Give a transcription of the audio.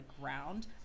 ground